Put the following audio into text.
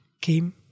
came